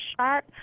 sharp